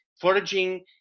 Foraging